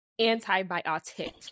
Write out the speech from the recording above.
Antibiotic